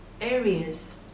areas